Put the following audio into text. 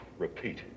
Repeat